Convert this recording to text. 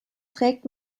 trägt